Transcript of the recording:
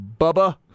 Bubba